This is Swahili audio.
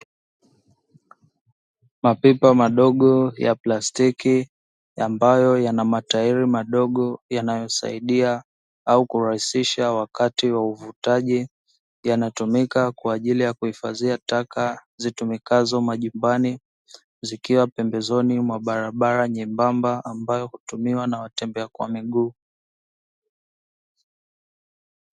Mapipa madogo ya plastiki ambayo yana matairi madogo yanayosaidia au kurahisisha wakati wa uvutaji, yanatumikà kwa ajili ya kuhifadhia taka zitumikazo majumbani zikiwa pembezoni mwa barabara nyembamba ambayo hutumiwa na watembea kwa miguu.